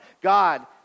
God